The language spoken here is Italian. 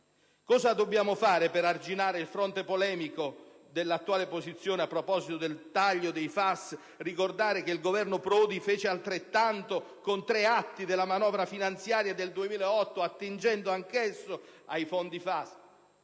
Cosa dobbiamo fare per arginare il fronte polemico dell'attuale opposizione a proposito del taglio dei fondi FAS? Ricordare che il Governo Prodi fece altrettanto con tre atti della manovra finanziaria del 2008 attingendo anch'esso al FAS?